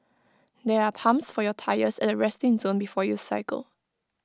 there are pumps for your tyres at the resting zone before you cycle